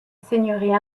seigneurie